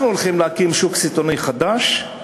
אנחנו הולכים להקים שוק סיטונאי חדש,